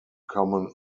common